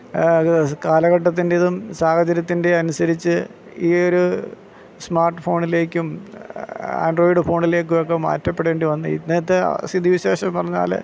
കാലഘട്ടത്തിൻ്റെതും സാഹചര്യത്തിൻ്റെയും അനുസരിച്ച് ഈയൊരു സ്മാർട്ട് ഫോണിലേക്കും ആൻഡ്രോയിഡ് ഫോണിലേക്കും ഒക്കെ മാറ്റപ്പെടേണ്ടി വന്നു ഇന്നത്തെ സ്ഥിതി വിശേഷം എന്ന് പറഞ്ഞാൽ